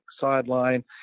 sideline